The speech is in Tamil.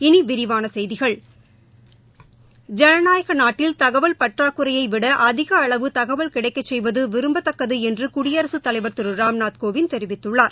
இனி விரிவான செய்திகள் ஜனநாயக நாட்டில் தகவல் பற்றாக்குறையைவிட அதிக அளவு தகவல் கிடைக்கச் செய்வது விரும்பத்தக்கது என்று குடியரசுத் தலைவர் திரு ராம்நாத் கோவிந்த் தெரிவித்துள்ளார்